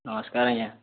ନମସ୍କାର୍ ଆଜ୍ଞା